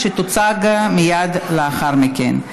שתוצג מייד לאחר מכן.